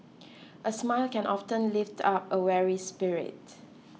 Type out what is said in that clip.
a smile can often lift up a weary spirit